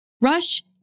Rush